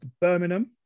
Birmingham